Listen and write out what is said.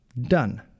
Done